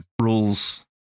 rules